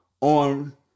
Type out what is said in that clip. on